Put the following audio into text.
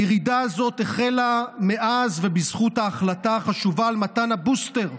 הירידה הזאת החלה מאז ובזכות ההחלטה החשובה על מתן הבוסטר,